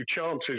chances